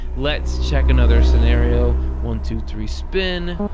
let's check another scenario. one, two, three spin.